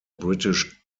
british